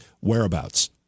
whereabouts